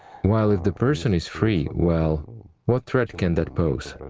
while if the person is free, well, what threat can that pose?